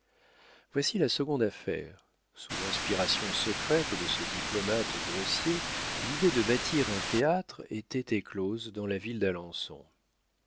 voici la seconde affaire sous l'inspiration secrète de ce diplomate grossier l'idée de bâtir un théâtre était éclose dans la ville d'alençon